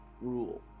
rule